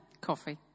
Coffee